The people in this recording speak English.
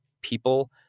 people